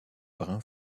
brun